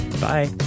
bye